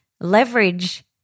leverage